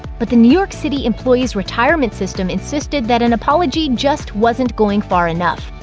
but the new york city employees retirement system insisted that an apology just wasn't going far enough.